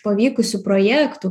pavykusių projektų